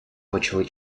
почали